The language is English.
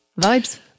vibes